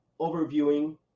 overviewing